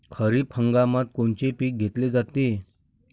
खरिप हंगामात कोनचे पिकं घेतले जाते?